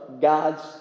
God's